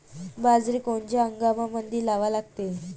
बाजरी कोनच्या हंगामामंदी लावा लागते?